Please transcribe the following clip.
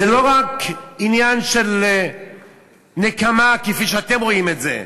זה לא רק עניין של נקמה, כפי שאתם רואים את זה,